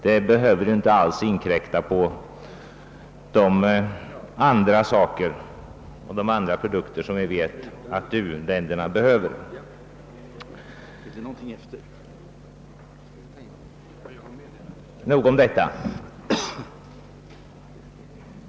Det behöver inte alls inkräkta på de andra produkter som u-länderna behöver. — Nog om detta!